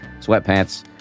sweatpants